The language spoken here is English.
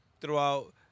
throughout